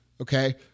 Okay